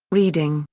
reading,